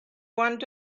want